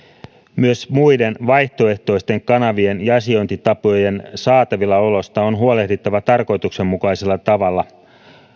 myös muiden vaihtoehtoisten kanavien ja asiointitapojen saatavilla olosta on huolehdittava tarkoituksenmukaisella tavalla